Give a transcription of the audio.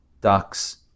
ducks